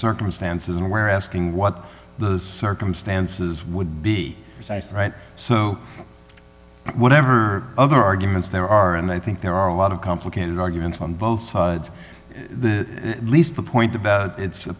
circumstances and where asking what those circumstances would be so whatever other arguments there are and i think there are a lot of complicated arguments on both sides the least the point about it's a